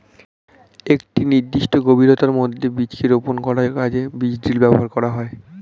একটি নির্দিষ্ট গভীরতার মধ্যে বীজকে রোপন করার কাজে বীজ ড্রিল ব্যবহার করা হয়